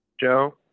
Joe